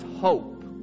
hope